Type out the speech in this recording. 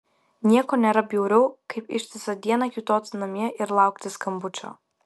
nieko nėra bjauriau kaip ištisą dieną kiūtoti namie ir laukti skambučio